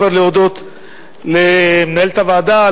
כבר להודות למנהלת הוועדה,